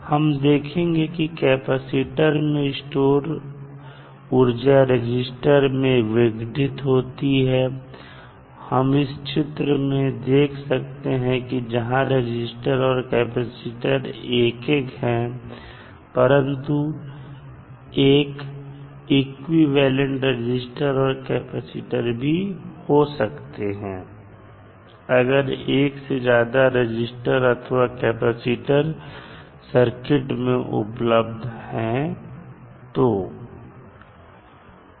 हम देखेंगे कि कैसे कैपेसिटर में स्टोर ऊर्जा रजिस्टर में विघटित होती है हम इस चित्र में देख सकते हैं जहां रजिस्टर और कैपेसिटर एक एक हैं परंतु यह एक इक्विवेलेंट रजिस्टर और कैपेसिटर भी हो सकते हैं अगर एक से ज्यादा रजिस्टर अथवा कैपेसिटर उपलब्ध हो सर्किट में तो